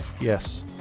Yes